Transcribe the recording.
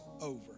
over